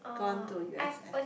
gone to U_S_S